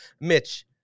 Mitch